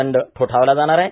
दंड ठोठावला जाणार आहे